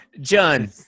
John